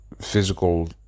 physical